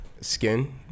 Skin